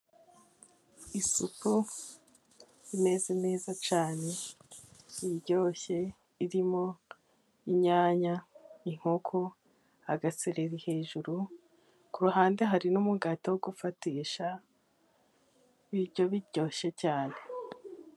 Isupu imeze neza cyane iryoshye irimo: inyanya, inkoko, agasereri ,hejuru ku ruhande hari n'umugati wo gufatisha ibiryo biryoshye cyane.